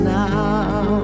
now